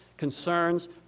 concerns